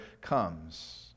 comes